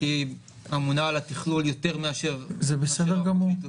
שממונה על התכלול יותר מאשר הפרקליטות.